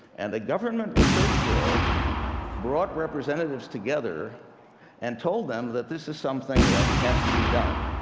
and the government research bureau brought representatives together and told them that this is something that has to be done.